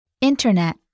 Internet